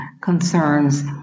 concerns